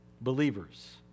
Believers